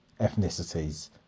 ethnicities